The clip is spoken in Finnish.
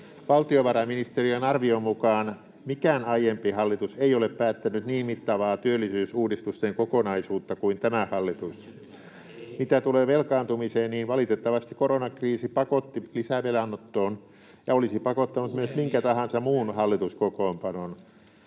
Valtiovarainministeriön arvion mukaan mikään aiempi hallitus ei ole päättänyt niin mittavaa työllisyysuudistusten kokonaisuutta kuin tämä hallitus. Mitä tulee velkaantumiseen, valitettavasti koronakriisi pakotti lisävelanottoon — ja olisi pakottanut myös minkä tahansa muun hallituskokoonpanon.